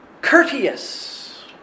courteous